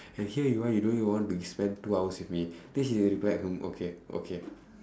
and here you want you don't even want to spend two hours with me then she replied hmm okay okay